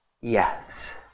yes